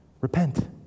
Repent